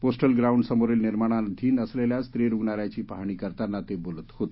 postal ground समोरील निर्माणाधीन असलेल्या स्त्री रुग्णालयाची पाहणी करतांना ते बोलत होते